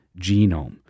genome